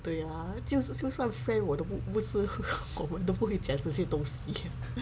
对呀就是就算 friend 我都不是我们不会不讲这些东西